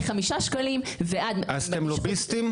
מ-5 שקלים ועד --- אז אתם לוביסטים?